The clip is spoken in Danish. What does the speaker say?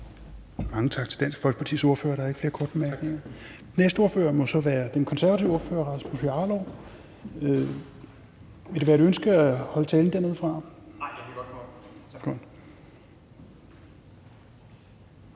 Mange tak til Dansk Folkepartis ordfører. Der er ikke flere korte bemærkninger. Den næste ordfører må så være den konservative ordfører, Rasmus Jarlov. Vil det være et ønske at holde talen dernedefra?